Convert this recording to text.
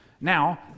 Now